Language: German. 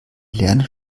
lernen